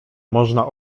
można